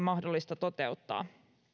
mahdollista toteuttaa